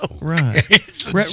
Right